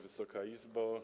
Wysoka Izbo!